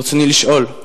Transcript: ברצוני לשאול: